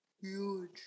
huge